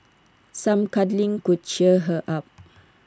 some cuddling could cheer her up